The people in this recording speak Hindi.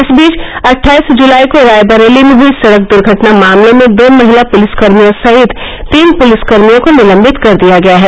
इस बीच अट्ठाईस जूलाई को रायबरेली में हुई सड़क द्र्घटना मामले में दो महिला पुलिसकर्मियों सहित तीन पुलिसकर्मियों को निलम्बित कर दिया गया है